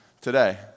today